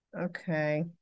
Okay